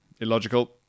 Illogical